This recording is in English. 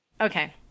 Okay